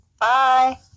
Bye